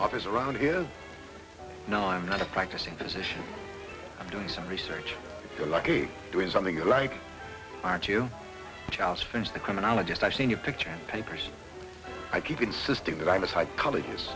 obviously around here no i'm not a practicing physician i'm doing some research you're lucky doing something you're right aren't you child's friends the criminologist i've seen your picture and papers i keep insisting that i'm a psychologist